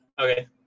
okay